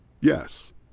Yes